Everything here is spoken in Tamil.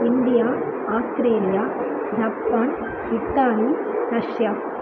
India Australia Japan Italy Russia